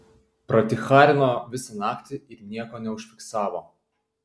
praticharino visą naktį ir nieko neužfiksavo